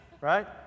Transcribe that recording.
Right